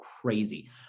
crazy